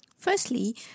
Firstly